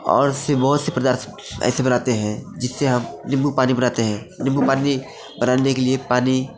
और से बहोत से पदार्थ ऐसे बनाते हैं जिससे हम नींबू पानी बनाते हैं नींबू पानी बनाने के लिए पानी